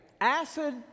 acid